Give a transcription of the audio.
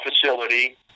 facility